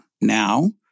Now